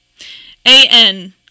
A-N